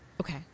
okay